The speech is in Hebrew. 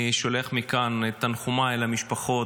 אני שולח מכאן את תנחומיי למשפחות.